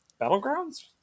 Battlegrounds